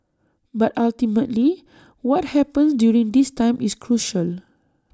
but ultimately what happens during this time is crucial